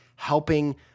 helping